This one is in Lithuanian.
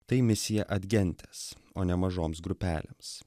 tai misija adgentes o ne mažoms grupelėms